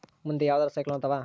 ಮುಂದೆ ಯಾವರ ಸೈಕ್ಲೋನ್ ಅದಾವ?